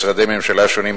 משרדי ממשלה שונים,